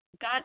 got